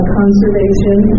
conservation